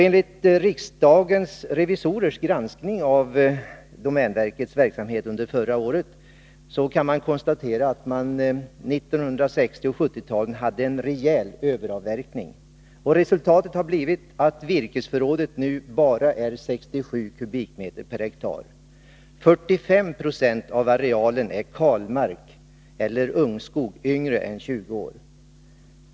Enligt riksdagens revisorers granskning av domänverkets verksamhet under förra året kan man konstatera att domänverket under 1960 och 1970-talen hade en rejäl överavverkning. Resultatet har blivit att virkesförrådet nu bara är 67 m?/ha. 45 6 av arealen är kalmark eller ungskog, yngre än 20 år.